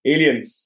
Aliens